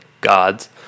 gods